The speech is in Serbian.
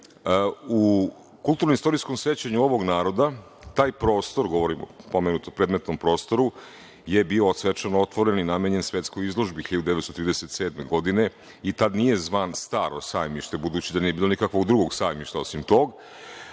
u kulturno-istorijskom sećanju ovog naroda, taj prostor, govorim o predmetnom prostoru, je bio svečano otvoren i namenjen svetskoj izložbi 1937. godine i tada nije zvan „Staro Sajmište“, budući da nije bilo nikakvog drugog Sajmišta, osim tog.